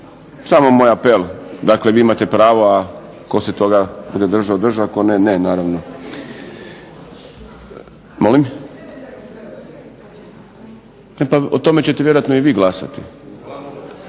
Samo moj apel, dakle vi imate pravo, a tko se toga pridržao držao, a tko ne, naravno. Molim? E pa o tome ćete vjerojatno i vi glasati.